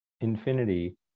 infinity